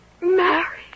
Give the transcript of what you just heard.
Married